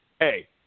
Hey